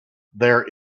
there